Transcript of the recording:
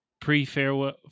pre-farewell